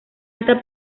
alta